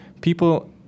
people